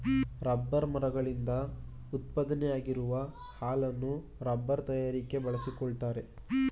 rubber ಮರಗಳಿಂದ ಉತ್ಪಾದನೆಯಾಗುವ ಹಾಲನ್ನು ರಬ್ಬರ್ ತಯಾರಿಕೆ ಬಳಸಿಕೊಳ್ಳುತ್ತಾರೆ